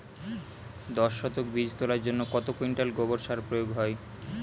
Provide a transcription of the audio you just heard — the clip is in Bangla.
দশ শতক বীজ তলার জন্য কত কুইন্টাল গোবর সার প্রয়োগ হয়?